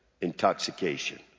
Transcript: intoxication